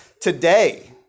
today